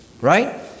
right